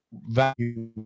value